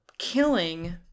killing